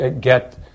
get